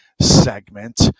segment